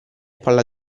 palla